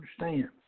understand